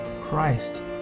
Christ